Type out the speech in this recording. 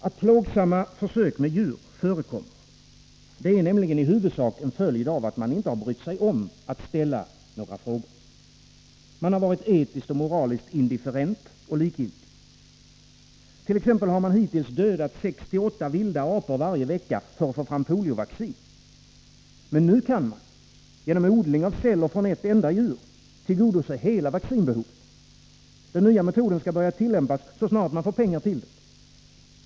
Att plågsamma försök med djur förekommer är nämligen i huvudsak en följd av att man inte har brytt sig om att ställa några frågor. Man har varit etiskt och moraliskt indifferent och likgiltig. T. ex. har man hittills dödat 7-8 vilda apor varje vecka för att få fram poliovaccin. Men nu kan man genom odling av celler från ett enda djur tillgodose hela vaccinbehovet. Den nya metoden skall börja tillämpas så snart man får pengar till den.